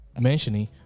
mentioning